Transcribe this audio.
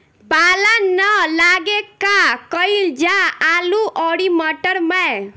पाला न लागे का कयिल जा आलू औरी मटर मैं?